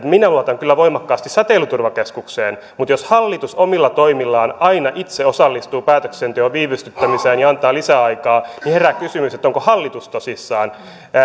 minä luotan kyllä voimakkaasti säteilyturvakeskukseen mutta jos hallitus omilla toimillaan aina itse osallistuu päätöksenteon viivästyttämiseen ja antaa lisäaikaa niin silloin herää kysymys onko hallitus tosissaan